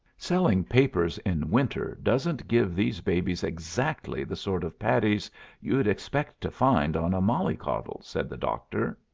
selling papers in winter doesn't give these babies exactly the sort of paddies you'd expect to find on a mollycoddle, said the doctor.